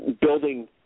building –